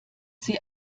sie